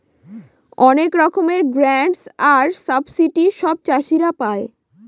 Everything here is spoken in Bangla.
অনেক রকমের গ্রান্টস আর সাবসিডি সব চাষীরা পাই